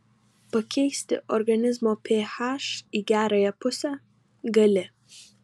pakeisti organizmo ph į gerąją pusę gali